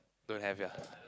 don't have ya